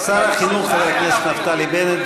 שר החינוך חבר הכנסת נפתלי בנט,